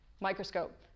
microscope